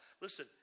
Listen